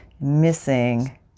missing